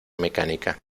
mecánica